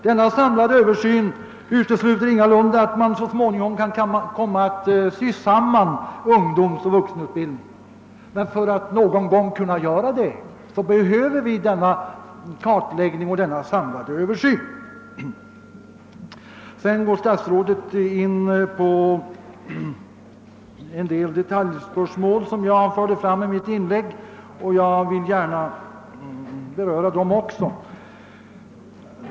Denna samlade översyn utesluter ingalunda att man så småningom kan komma att »sy samman» ungdomsoch vuxenutbildningen, men för att någon gång kunna göra det behöver vi denna kartläggning, denna samlade översyn. Statsrådet gick in på en del detalj spörsmål som jag förde fram i mitt inlägg, och jag vill gärna något ytterligare beröra dem.